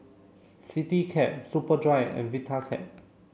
Citycab Superdry and Vitapet